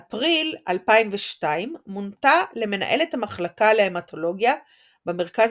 באפריל 2002 מונתה למנהלת המחלקה להמטולוגיה במרכז